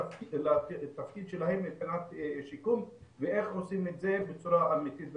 התפקיד שלהם מבחינת שיקום ואיך עושים את זה בצורה אמיתית.